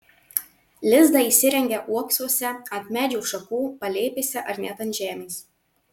lizdą įsirengia uoksuose ant medžių šakų palėpėse ar net ant žemės